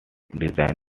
design